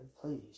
Please